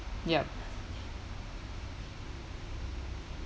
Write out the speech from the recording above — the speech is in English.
yup